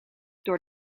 door